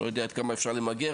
לא יודע עד כמה אפשר למגר,